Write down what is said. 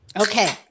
Okay